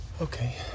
Okay